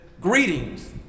Greetings